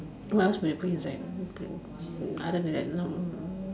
what else would you put inside okay other than long